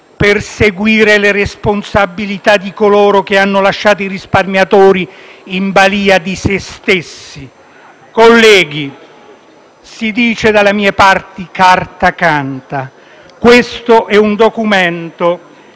perseguire le responsabilità di coloro che hanno lasciato i risparmiatori in balia di se stessi. Colleghi, dalle mie parti si dice «carta canta»: ho in mano un documento,